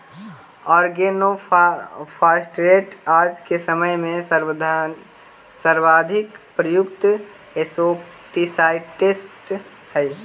organophosphate आज के समय में सर्वाधिक प्रयुक्त इंसेक्टिसाइट्स् हई